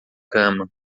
cama